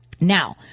Now